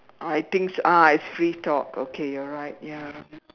I think ah it's free talk okay you are right ya